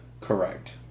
Correct